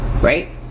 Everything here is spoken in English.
right